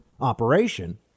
operation